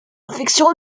infections